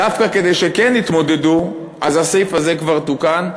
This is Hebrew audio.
דווקא כדי שכן יתמודדו, הסעיף הזה כבר תוקן.